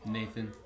Nathan